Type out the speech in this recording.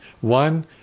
One